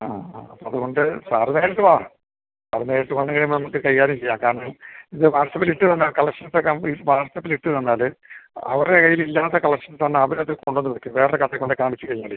ആ ആ അതുകൊണ്ട് സാറ് നേരിട്ട് വാ സാറ് നേരിട്ട് വന്ന് കഴിയുമ്പം നമുക്ക് കൈകാര്യം ചെയ്യാം കാരണം ഇത് വാട്സപ്പിലിട്ട് തന്ന കളക്ഷൻസ് കംപ്ലീറ്റ് വാട്സപ്പിലിട്ട് തന്നാൽ അവരുടെ കയ്യിലില്ലാത്ത കളക്ഷൻസ് കൊണ്ട് അവരത് കൊണ്ടുവന്ന് വയ്ക്കും വേറെ കടയിൽ കൊണ്ട് കാണിച്ച് കഴിഞ്ഞാലെ